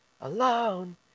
Alone